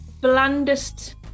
blandest